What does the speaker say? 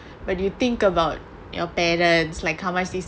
but do you think about your parents like how much these